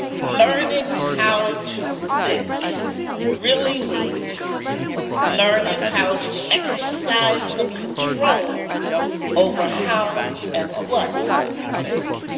learning how to think really means learning how to exercise some control over how and what you think.